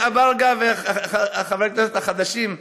אזברגה וחברי הכנסת החדשים,